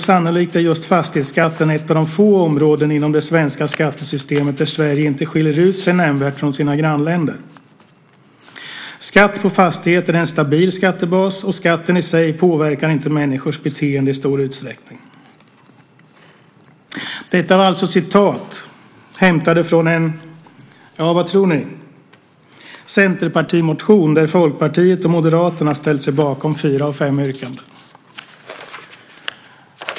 Sannolikt är just fastighetsskatten ett av de få områden inom det svenska skattesystemet där Sverige inte skiljer ut sig nämnvärt från sina grannländer. Skatt på fastighet är en stabil skattebas, och skatten i sig påverkar inte människors beteende i stor utsträckning. Det här var citat hämtade från - vad tror ni? - en centerpartimotion där Folkpartiet och Moderaterna har ställt sig bakom fyra av fem yrkanden.